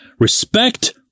Respect